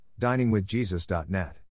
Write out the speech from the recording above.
diningwithjesus.net